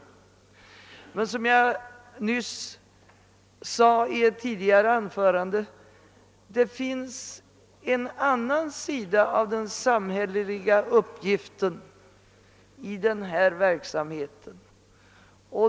Men som jag sade i ett tidigare anförande här i dag finns det en annan sida av den samhälleliga uppgiften beträffande den här verksamheten.